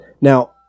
now